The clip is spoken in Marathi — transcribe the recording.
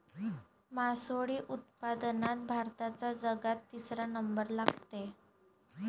मासोळी उत्पादनात भारताचा जगात तिसरा नंबर लागते